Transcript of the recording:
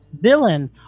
villain